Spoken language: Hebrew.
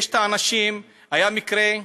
היה מקרה,